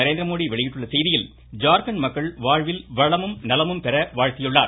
நரேந்திரமோடி வெளியிட்டுள்ள செய்தியில் ஜார்க்கண்ட் மக்கள் வாழ்வில் வளமும் நலமும் பெற வாழ்த்தியுள்ளார்